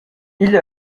igl